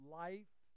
life